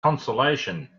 consolation